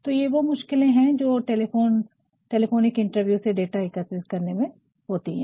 तो ये वो मुश्किलें है जो कि टेलीफोनिक इंटरव्यू से डाटा एकत्रित करने में होती है